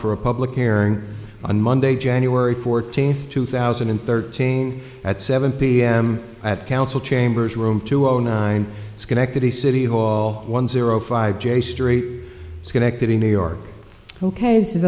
for a public hearing on monday january fourteenth two thousand and thirteen at seven p m at council chambers room two zero zero nine schenectady city hall one zero five j street schenectady new york ok this is